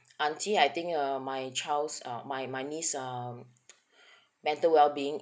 auntie I think um my child's um my my niece um mental well being